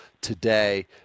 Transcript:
today